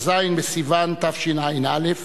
כ"ז בסיוון התשע"א,